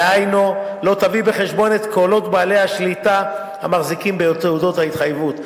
דהיינו לא תביא בחשבון את קולות בעלי השליטה המחזיקים בתעודות התחייבות.